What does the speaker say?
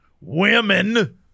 women